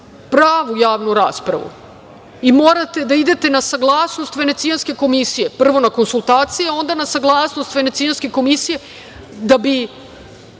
pravu javnu raspravu, i morate da idete na saglasnost Venecijanske komisije, prvo na konsultacije, onda na saglasnost Venecijanske komisije, da bi